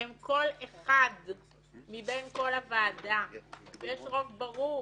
היועץ המשפטי ונציגו הם קול אחד מבין כל הוועדה ויש רוב ברור.